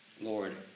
Lord